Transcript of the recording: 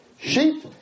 sheep